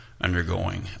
undergoing